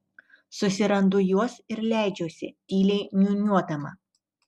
susirandu juos ir leidžiuosi tyliai niūniuodama